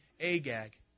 agag